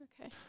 Okay